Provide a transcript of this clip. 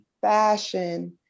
fashion